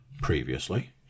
previously